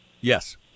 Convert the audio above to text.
yes